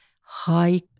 high